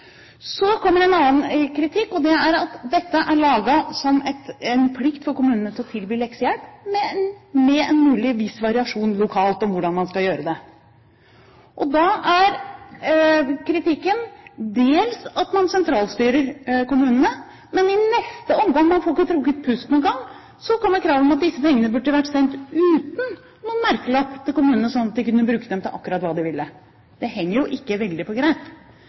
Så kommer en annen kritikk, og det er at dette er laget som en plikt for kommunene til å tilby leksehjelp, med en mulig viss variasjon lokalt med hensyn til hvordan man skal gjøre det. Da er kritikken dels at man sentralstyrer kommunene, men i neste omgang – man får ikke trukket pusten engang – kommer kravet om at disse pengene burde vært sendt uten noen merkelapp til kommunene, sånn at de kunne bruke dem til akkurat hva de ville. Det henger jo ikke veldig på greip.